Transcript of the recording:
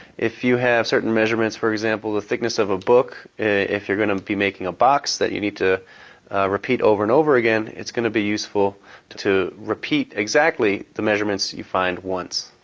if you have certain measurements, for example, the thickness of a book, if you are going to be making a box that you need to repeat over and over again, it's going to be useful to to repeat exactly the measurements you find once.